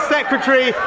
Secretary